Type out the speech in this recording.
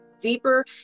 deeper